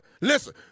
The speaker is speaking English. Listen